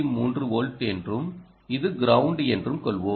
3 volt என்றும் இது ground என்றும் கொள்வோம்